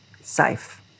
safe